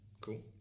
cool